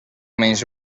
menys